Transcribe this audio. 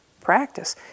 practice